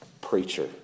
preacher